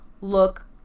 look